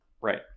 right